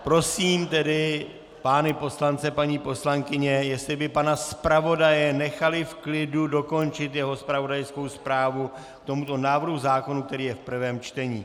Prosím tedy pány poslance, paní poslankyně, jestli by pana zpravodaje nechali v klidu dokončit jeho zpravodajskou zprávu k tomuto návrhu zákona, který je v prvém čtení.